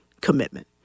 commitment